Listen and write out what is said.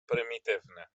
prymitywny